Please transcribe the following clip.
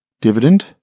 dividend